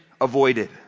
avoided